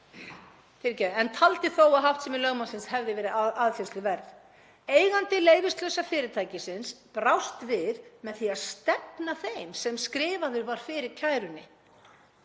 en taldi þó að háttsemi lögmannsins hefði verið aðfinnsluverð. Eigandi leyfislausa fyrirtækisins brást við með því að stefna þeim sem skrifaður var fyrir kærunni.